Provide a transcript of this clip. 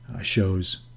shows